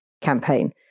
campaign